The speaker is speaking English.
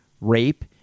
rape